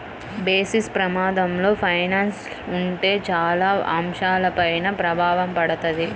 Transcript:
basis ప్రమాదంలో finance ఉంటే చాలా అంశాలపైన ప్రభావం పడతది